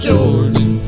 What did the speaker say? Jordan